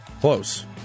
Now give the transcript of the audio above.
Close